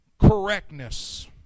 correctness